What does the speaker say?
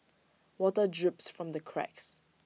water drips from the cracks